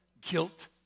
Guilt